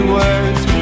words